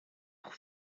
pour